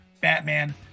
Batman